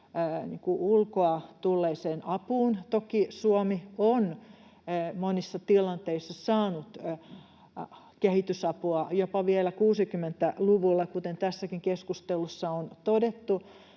ulkoa tulleeseen apuun. Toki Suomi on monissa tilanteissa saanut kehitysapua, jopa vielä 60-luvulla, kuten tässäkin keskustelussa on todettu,